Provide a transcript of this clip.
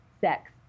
sex